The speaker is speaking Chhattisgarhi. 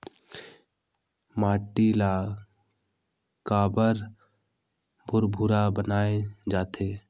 माटी ला काबर भुरभुरा बनाय जाथे?